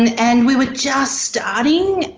and and we were just starting,